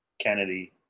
Kennedy